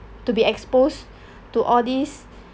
to be exposed to all this